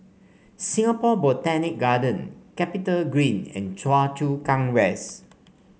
Singapore Botanic Garden CapitaGreen and Choa Chu Kang West